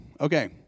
Okay